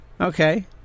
okay